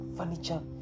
furniture